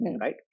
right